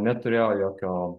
neturėjo jokio